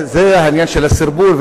זה העניין של הסרבול,